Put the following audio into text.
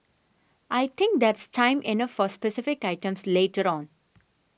I think there's time enough for specific items later on